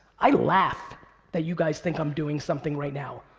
i laugh that you guys think i'm doing something right now.